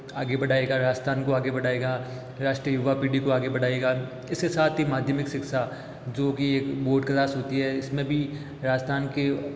आगे बढ़ाएगा राजस्थान को आगे बढ़ाएगा राष्ट्रीय युवा पीढ़ी को आगे बढ़ाएगा इसके साथ ही माध्यमिक शिक्षा जो कि एक बोर्ड क्लास होती है इसमें भी राजस्थान के